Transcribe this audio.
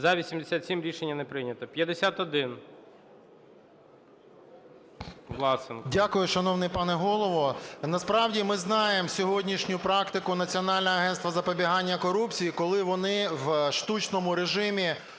За-87 Рішення не прийнято. 51, Власенко. 10:49:26 ВЛАСЕНКО С.В. Дякую, шановний пане Голово. Насправді ми знаємо сьогоднішню практику Національного агентства із запобігання корупції, коли вони в штучному режимі